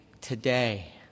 today